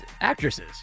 actresses